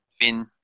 vin